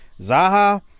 Zaha